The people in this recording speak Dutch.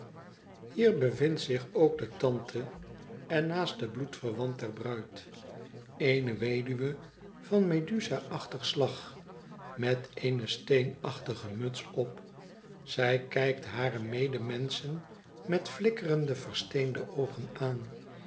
hier bevindt zich ook de tante en naaste bloedverwant der bruid eene weduwe van medusa achtig slag met eene steenachtige muts op zij kijkt hare roedemenschen met flikkerende versteende oogen aan